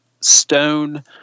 stone